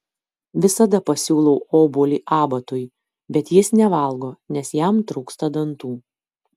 visada pasiūlau obuolį abatui bet jis nevalgo nes jam trūksta dantų